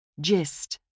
Gist